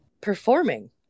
performing